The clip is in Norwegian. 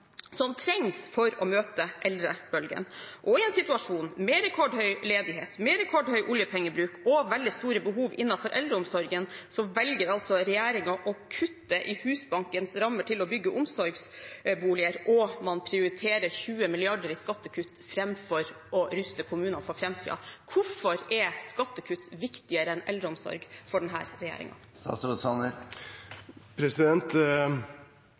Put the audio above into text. som trengs for å møte eldrebølgen. I en situasjon med rekordhøy ledighet, med rekordhøy oljepengebruk og veldig store behov innenfor eldreomsorgen velger regjeringen å kutte i Husbankens rammer til å bygge omsorgsboliger, og man prioriterer 20 mrd. kr i skattekutt framfor å ruste kommunene for framtiden. Hvorfor er skattekutt viktigere enn eldreomsorg for